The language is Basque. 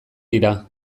dira